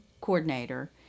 coordinator